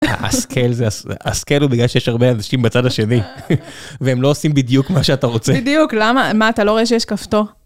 האסכאל, האסכאל הוא בגלל שיש הרבה אנשים בצד השני, והם לא עושים בדיוק מה שאתה רוצה. בדיוק, למה? מה, אתה לא רואה שיש כפתור?